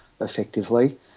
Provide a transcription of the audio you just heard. effectively